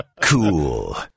Cool